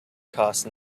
cost